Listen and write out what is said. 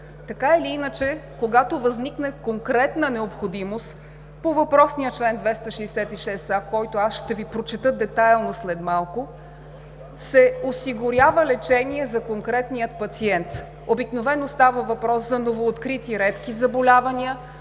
Така или иначе, когато възникне конкретна необходимост по въпросния чл. 266а, който ще Ви прочета детайлно след малко, се осигурява лечение за конкретния пациент. Обикновено става въпрос за новооткрити редки заболявания,